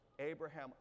abraham